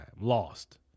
lost